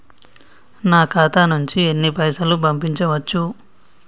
నా ఖాతా నుంచి ఎన్ని పైసలు పంపించచ్చు?